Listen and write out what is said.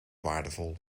waardevol